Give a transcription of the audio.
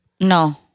No